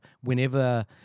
whenever